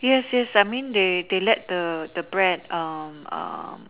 yes yes I mean they let the the bread um um